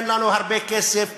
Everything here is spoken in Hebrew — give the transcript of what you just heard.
אין לנו הרבה כסף,